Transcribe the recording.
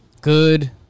Good